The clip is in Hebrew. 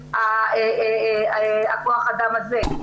לגבי כוח האדם הזה?